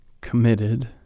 committed